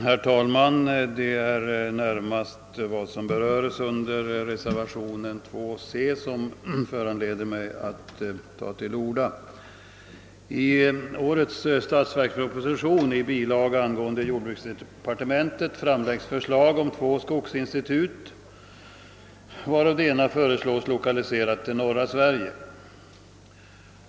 Herr talman! Det är närmast den fråga som berörs i reservationen 5.2 c under punkt 28 som föranleder mig att ta till orda. I årets statsverksproposition framläggs förslag om inrättande av två skogsinstitut, varav det ena föreslås 1okaliserat till norra Sverige.